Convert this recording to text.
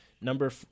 Number